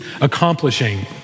accomplishing